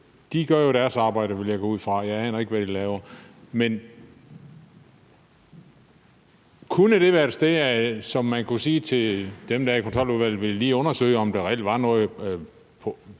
de gør jo deres arbejde, vil jeg gå ud fra. Men kunne det i stedet være, at man kunne spørge dem, der er i Kontroludvalget: Vil I lige undersøge, om der reelt var noget,